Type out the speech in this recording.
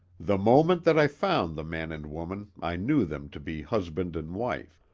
the moment that i found the man and woman i knew them to be husband and wife.